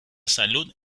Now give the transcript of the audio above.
salud